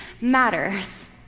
matters